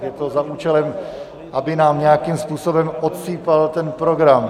Je to za účelem, aby nám nějakým způsobem odsýpal ten program.